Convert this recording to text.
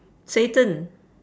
satan